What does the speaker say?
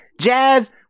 jazz